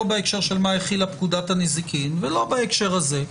בהקשר של מה החילה פקודת הנזיקין ולא בהקשר הזה.